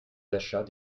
d’achat